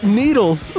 needles